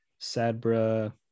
Sadbra